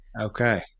Okay